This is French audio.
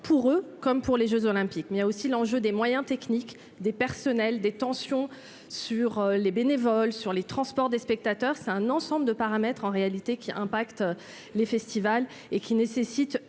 pour eux comme pour les Jeux olympiques, mais il a aussi l'enjeu des moyens techniques des personnels, des tensions sur les bénévoles sur les transports des spectateurs, c'est un ensemble de paramètres en réalité qui impacte les festivals et qui nécessite